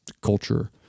culture